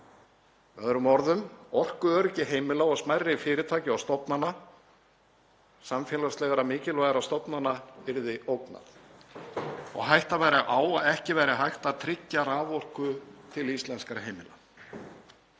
öðrum orðum, orkuöryggi heimila og smærri fyrirtækja og stofnana, samfélagslegra mikilvægra stofnana, yrði ógnað og hætta væri á að ekki væri hægt að tryggja raforku til íslenskra heimila.